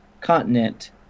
continent